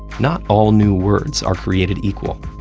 not all new words are created equal.